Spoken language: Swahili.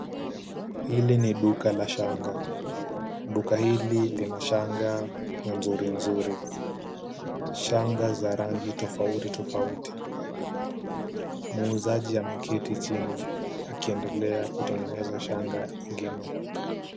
Hili ni duka la shanga. Duka hili lina shanga nzuri nzuri, shanga za rangi tofauti tofauti. Muuzaji ameketi chini akiendelea kutengeneza shanga ingine.